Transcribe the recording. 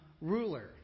ruler